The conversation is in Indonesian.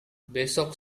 besok